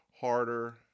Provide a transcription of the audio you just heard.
harder